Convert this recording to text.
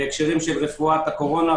בהקשרים של רפואת הקורונה,